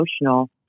emotional